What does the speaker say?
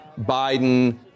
Biden